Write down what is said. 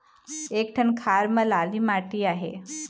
एक ठन खार म लाली माटी आहे?